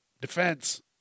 Defense